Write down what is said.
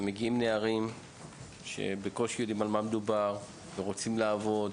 מגיעים לעבודה נערים שבקושי יודעים במה מדובר ורוצים לעבוד.